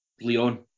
Leon